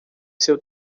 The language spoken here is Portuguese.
seu